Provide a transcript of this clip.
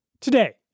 Today